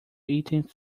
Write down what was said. eighteenth